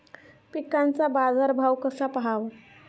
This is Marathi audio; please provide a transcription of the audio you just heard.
पिकांचा बाजार भाव कसा पहावा?